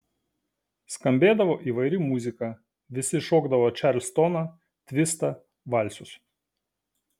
skambėdavo įvairi muzika visi šokdavo čarlstoną tvistą valsus